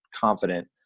confident